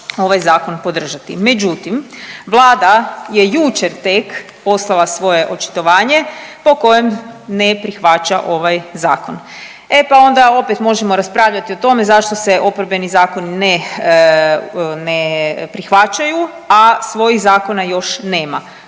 ovaj zakon podržati. Međutim, Vlada je jučer tek poslala svoje očitovanje po kojem ne prihvaća ovaj zakon. E pa onda opet možemo raspravljati o tome zašto se oporbeni zakoni ne prihvaćaju, a svojih zakona još nema.